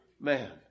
man